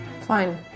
Fine